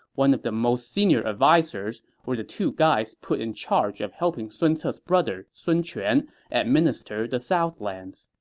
one of the most senior advisers, were the two guys put in charge of helping sun ce's brother sun quan administer the southlands